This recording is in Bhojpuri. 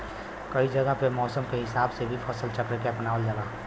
कई जगह पे मौसम के हिसाब से भी फसल चक्र के अपनावल जाला